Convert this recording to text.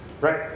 Right